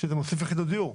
שזה מוסיף יחידות דיור.